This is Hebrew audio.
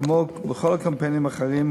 כמו בכל הקמפיינים האחרים,